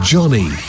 Johnny